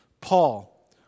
Paul